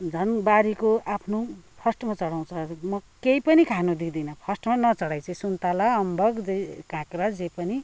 झन् बारीको आफ्नो फर्स्टमा चढाउँछ म केही पनि खानु दिँदिन फर्स्टमा नचढाइ चाहिँ सुन्तला अम्बक जे काँक्रा जे पनि